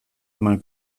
eman